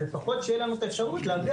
אז לפחות שיהיה לנו את האפשרות להביע